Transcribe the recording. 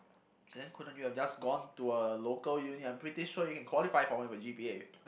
then couldn't you have just gone to a local uni I'm pretty sure you can qualify for one with your G_P_A